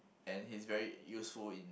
and he's very useful in